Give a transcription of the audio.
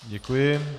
Děkuji.